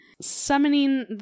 summoning